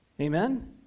amen